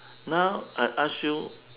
now I ask you